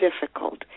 difficult